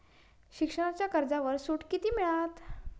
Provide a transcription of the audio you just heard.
शिक्षणाच्या कर्जावर सूट किती मिळात?